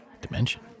Dimension